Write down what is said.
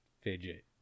fidget